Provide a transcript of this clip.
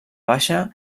baixa